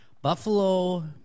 Buffalo